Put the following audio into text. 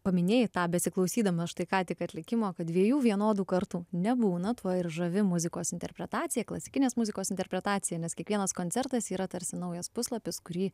paminėjai tą besiklausydama štai ką tik atlikimo kad dviejų vienodų kartų nebūna tuo ir žavi muzikos interpretacija klasikinės muzikos interpretacija nes kiekvienas koncertas yra tarsi naujas puslapis kurį